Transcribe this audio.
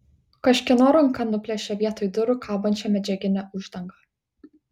kažkieno ranka nuplėšė vietoj durų kabančią medžiaginę uždangą